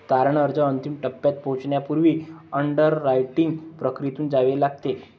तारण अर्ज अंतिम टप्प्यात पोहोचण्यापूर्वी अंडररायटिंग प्रक्रियेतून जावे लागते